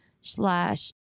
slash